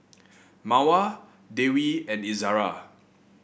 Mawar Dewi and Izara